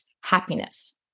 happiness